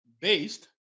Based